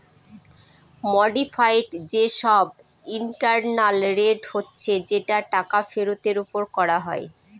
modified যে সব internal rate হচ্ছে যেটা টাকা ফেরতের ওপর করা হয়